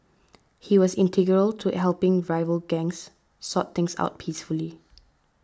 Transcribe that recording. he was integral to helping rival gangs sort things out peacefully